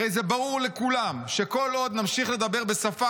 הרי זה ברור לכולם שכל עוד נמשיך לדבר בשפה